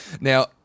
Now